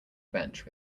bench